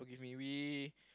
we we